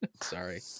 Sorry